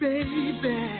Baby